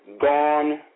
gone